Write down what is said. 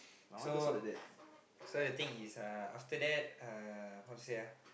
so so the thing is uh after that uh how to say ah